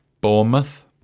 Bournemouth